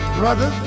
brother